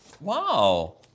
Wow